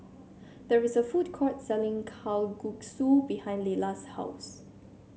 there is a food court selling Kalguksu behind Leyla's house